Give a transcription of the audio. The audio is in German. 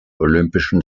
olympischen